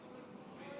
אדוני